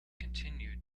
continued